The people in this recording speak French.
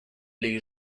les